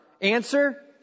Answer